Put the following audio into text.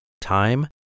time